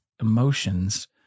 emotions